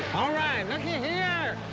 all right, lookie here.